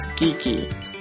geeky